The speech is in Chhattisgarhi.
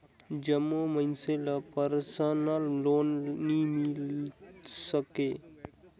जम्मो मइनसे ल परसनल लोन नी मिल सके